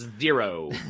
zero